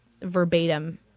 verbatim